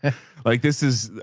and like this is,